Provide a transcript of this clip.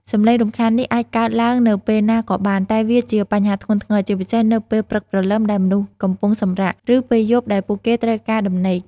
សំឡេងរំខាននេះអាចកើតឡើងនៅពេលណាក៏បាន តែវាជាបញ្ហាធ្ងន់ធ្ងរ ជាពិសេសនៅពេលព្រឹកព្រលឹមដែលមនុស្សកំពុងសម្រាក ឬពេលយប់ដែលពួកគេត្រូវការដំណេក។